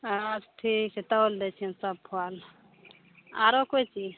हॅं ठीक छै तौल दै छियनि सभ फल आरो कोइ चीज